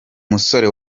musore